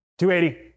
$280